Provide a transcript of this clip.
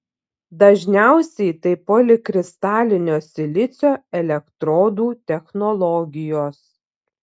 dažniausiai tai polikristalinio silicio elektrodų technologijos